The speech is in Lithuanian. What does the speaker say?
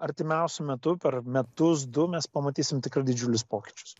artimiausiu metu per metus du mes pamatysim tikrai didžiulius pokyčius